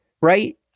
right